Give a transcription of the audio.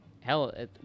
hell